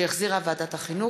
שהחזירה ועדת החינוך,